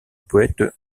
poète